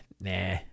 nah